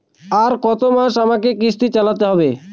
আর কতমাস আমাকে কিস্তি চালাতে হবে?